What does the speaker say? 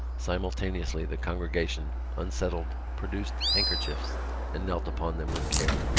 simultaneously the congregation unsettled, produced handkerchiefs and knelt upon them with care.